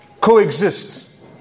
coexist